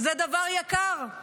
זה דבר יקר.